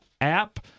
app